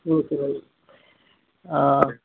okay అండి